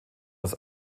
das